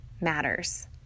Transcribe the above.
matters